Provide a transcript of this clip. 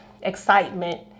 excitement